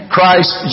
Christ